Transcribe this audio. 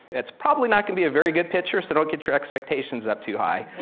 it's probably not gonna be a very good picture, so don't get your expectations up too high,